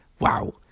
wow